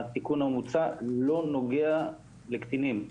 התיקון המוצע לא נוגע לקטינים.